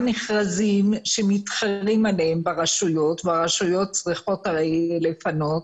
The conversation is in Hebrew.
מכרזים שמתחרים עליהם ברשויות והרשויות צריכות הרי לפנות,